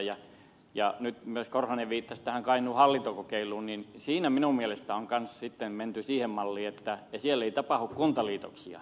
timo korhonen viittasi myös tähän kainuun hallintokokeiluun niin siinä minun mielestäni on kanssa sitten menty siihen malliin että siellä ei tapahdu kuntaliitoksia